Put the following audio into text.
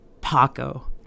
Paco